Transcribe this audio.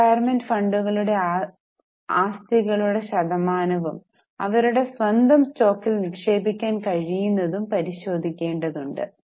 retirement ഫണ്ടുകളുടെ ആസ്തികളുടെ ശതമാനവും അവരുടെ സ്വന്തം സ്റ്റോക്കിൽ നിക്ഷേപിക്കാൻ കഴിയുന്നതും പരിശോധിക്കേണ്ടതുണ്ട്